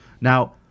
Now